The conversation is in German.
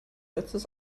letztes